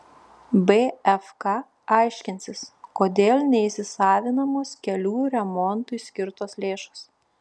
bfk aiškinsis kodėl neįsisavinamos kelių remontui skirtos lėšos